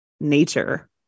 nature